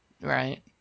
Right